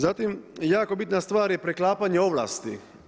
Zatim, jako bitna stvar je preklapanje ovlasti.